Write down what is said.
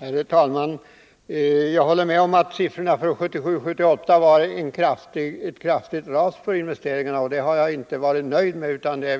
Herr talman! Jag håller med om att siffrorna för 1977 och 1978 visade ett kraftigt ras för investeringarna. Det har vi givetvis inte varit nöjda med — tvärtom har